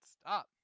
stop